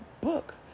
book